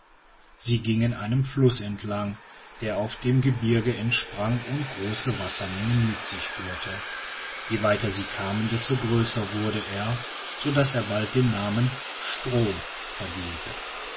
sie gingen einen fluß entlang der auf dem gebirge entsprang und große wassermengen mit sich führte je weiter sie kamen desto größer wurde er sodaß er bald den namen strohm verdiente